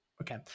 Okay